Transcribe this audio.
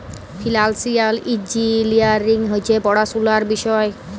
financial engineering হছে পড়াশুলার বিষয়